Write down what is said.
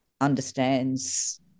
understands